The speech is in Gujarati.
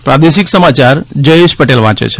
પ્રાદેશિક સમાચાર જયેશ પટેલ વાંચે છે